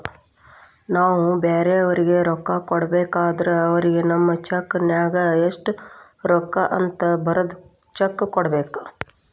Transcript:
ನಾವು ಬ್ಯಾರೆಯವರಿಗೆ ರೊಕ್ಕ ಕೊಡಬೇಕಾದ್ರ ಅವರಿಗೆ ನಮ್ಮ ಚೆಕ್ ನ್ಯಾಗ ಎಷ್ಟು ರೂಕ್ಕ ಅಂತ ಬರದ್ ಚೆಕ ಕೊಡಬೇಕ